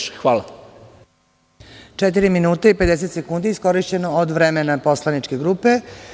Četiri minuta i 50 sekundi je iskorišćeno od vremena poslaničke grupe.